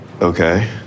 Okay